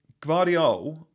Guardiola